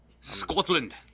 Scotland